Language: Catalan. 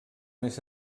més